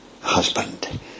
husband